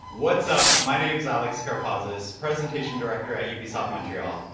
what's up? my name's alex karpazis, presentation director at ubisoft montreal,